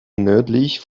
nördlich